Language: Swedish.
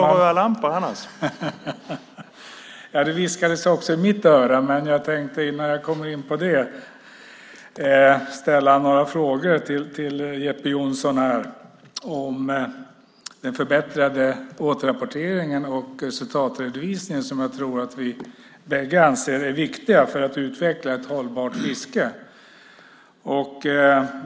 Herr talman! Det viskades också i mitt öra att Jeppe Johnsson ska sluta, men innan jag kommer in på det tänkte jag ställa några frågor om den förbättrade återrapporteringen och resultatredovisningen som jag tror att vi bägge anser är viktiga för att utveckla ett hållbart fiske.